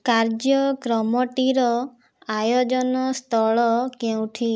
କାର୍ଯ୍ୟକ୍ରମଟିର ଆୟୋଜନ ସ୍ଥଳ କେଉଁଠି